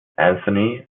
anthony